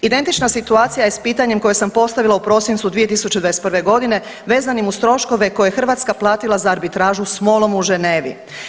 Identična situacija je sa pitanjem koje sam postavila u prosincu 2021. godine vezanim uz troškove koje je Hrvatska platila za arbitražu sa MOL-om u Ženevi.